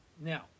Now